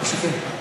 או שכן.